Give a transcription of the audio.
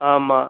ஆமாம்